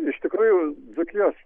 iš tikrųjų dzūkijos